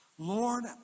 Lord